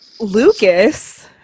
Lucas